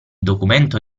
documento